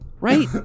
Right